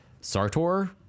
Sartor